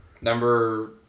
Number